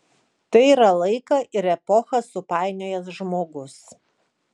tai yra laiką ir epochą supainiojęs žmogus